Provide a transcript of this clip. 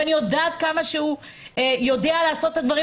ואני יודעת עד כמה הוא יודע לעשות את הדברים